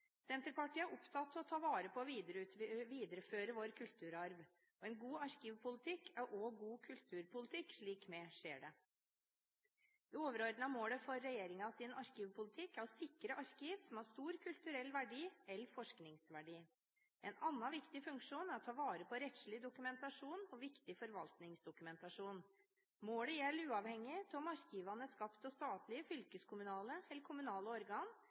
Senterpartiet er opptatt av å ta vare på og videreføre vår kulturarv, og en god arkivpolitikk er òg god kulturpolitikk, slik vi ser det. Det overordnede målet for regjeringens arkivpolitikk er å sikre arkiv som har stor kulturell verdi eller forskingsverdi. En annen viktig funksjon er å ta vare på rettslig dokumentasjon og viktig forvaltningsdokumentasjon. Målet gjelder uavhengig av om arkivene er skapt av statlige, fylkeskommunale eller kommunale organ,